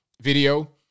video